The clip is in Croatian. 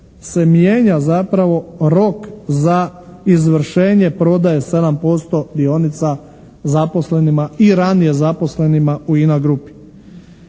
se mijenja zapravo rok za izvršenje prodaje 7% dionica zaposlenima i ranije zaposlenima u INA grupi.